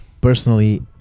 personally